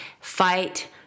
Fight